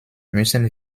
müssen